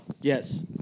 Yes